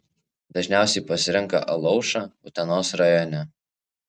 dažniausiai pasirenka alaušą utenos rajone